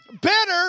better